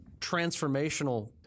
transformational